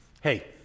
Hey